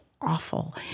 awful